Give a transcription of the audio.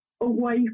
away